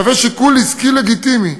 מהווה שיקול עסקי לגיטימי,